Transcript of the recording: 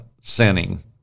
sinning